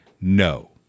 no